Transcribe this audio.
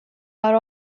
are